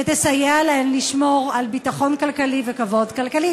ותסייע להן לשמור על ביטחון כלכלי וכבוד כלכלי.